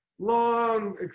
Long